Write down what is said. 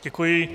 Děkuji.